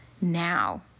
now